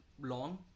long